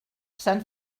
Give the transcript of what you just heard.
sant